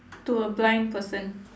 to a blind person